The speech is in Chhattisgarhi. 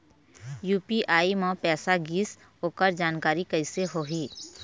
यू.पी.आई म पैसा गिस ओकर जानकारी कइसे होही?